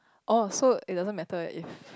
oh so it doesn't matter if